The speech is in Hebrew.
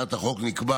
בהצעת החוק נקבע